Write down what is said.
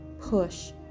push